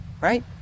Right